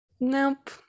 nope